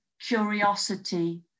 curiosity